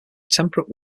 temperate